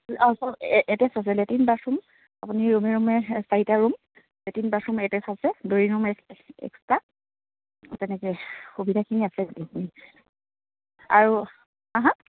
চব এটেচছ আছে latrine bathroom আপুনি ৰুমে ৰুমে চাৰিটা ৰুম লেট্ৰিন বাথৰুম এটেচছ আছে দৈৰিং ৰুম এক্সট্ৰা তেনেকৈ সুবিধাখিনি আছে গোটেইখিনি আৰু হাঁ হাঁ